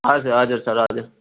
हजुर हजुर सर हजुर